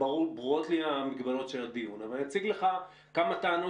ברורות לי המגבלות של הדיון אבל אני אציג לך כמה טענות